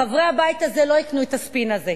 חברי הבית הזה לא יקנו את הספין הזה.